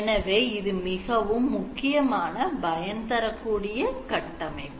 எனவே இது மிகவும் முக்கியமான பயன் தரக்கூடிய கட்டமைப்பு